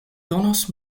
donos